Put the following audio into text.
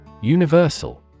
Universal